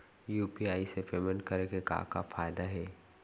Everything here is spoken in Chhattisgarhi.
यू.पी.आई से पेमेंट करे के का का फायदा हे?